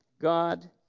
God